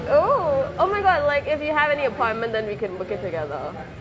oo oh my god like if you have any appointment then we can book it together